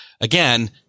again